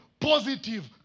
Positive